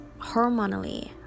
hormonally